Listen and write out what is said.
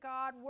God